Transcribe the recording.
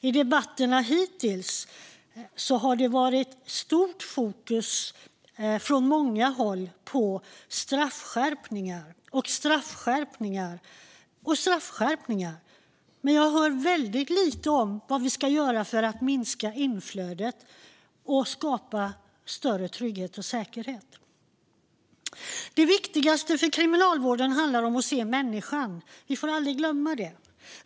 I debatterna hittills har det varit stort fokus från många håll på straffskärpningar, straffskärpningar och straffskärpningar. Men jag hör väldigt lite om vad vi ska göra för att minska inflödet och skapa större trygghet och säkerhet. Det viktigaste för kriminalvården är att se människan. Vi får aldrig glömma det.